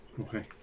Okay